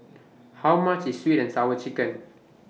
How much IS Sweet and Sour Chicken